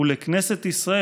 ולכנסת ישראל,